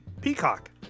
Peacock